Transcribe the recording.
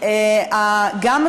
רק כדי להיות מובלים משם לשחיטה.